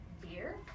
beer